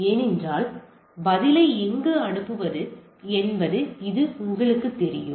ஏனென்றால் பதிலை எங்கு அனுப்புவது என்பது இப்போது உங்களுக்குத் தெரியும்